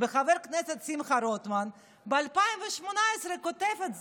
וחבר הכנסת שמחה רוטמן ב-2018 כתב את זה.